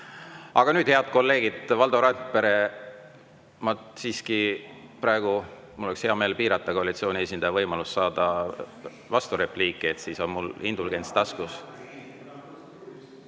Aga nüüd, head kolleegid … Valdo Randpere, mul oleks praegu hea meel piirata koalitsiooni esindaja võimalust saada vasturepliiki, siis on mul indulgents taskus.